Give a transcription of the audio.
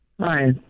Hi